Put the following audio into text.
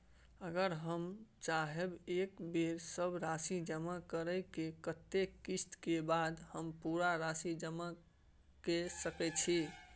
अगर हम चाहबे एक बेर सब राशि जमा करे त कत्ते किस्त के बाद हम पूरा राशि जमा के सके छि?